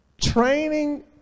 training